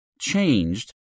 changed